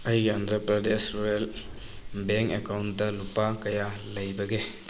ꯑꯩꯒꯤ Andhra Pradesh rural bank account ꯂꯨꯄꯥ ꯀꯌꯥ ꯂꯩꯕꯒꯦ